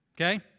okay